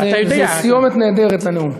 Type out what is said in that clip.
אתה יודע, זה סיומת נהדרת לנאום.